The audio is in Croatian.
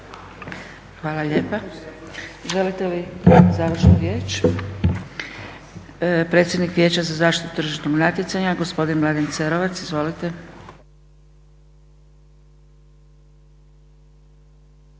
Hvala lijepa. Želite li završnu riječ? Predsjednik Vijeća za zaštitu tržišnog natjecanja gospodin Mladen Cerovac. Izvolite.